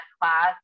class